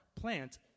plant